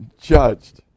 judged